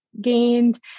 gained